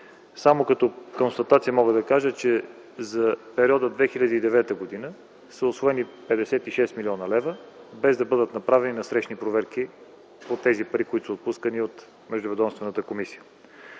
Само като констатация – за периода 2009 г. са усвоени 56 млн. лв. без да бъдат направени насрещни проверки по тези пари, които са отпускани от Междуведомствената комисия.